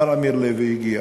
מר אמיר לוי, הגיע,